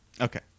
Okay